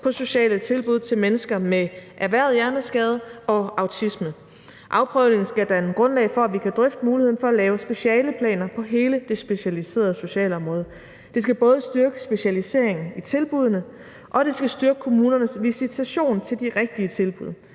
på sociale tilbud til mennesker med erhvervet hjerneskade og autisme. Afprøvningen skal danne grundlag for, at vi kan drøfte muligheden for at lave specialeplaner på hele det specialiserede socialområde. Det skal både styrke specialiseringen i tilbuddene, og det skal styrke kommunernes visitation til de rigtige tilbud,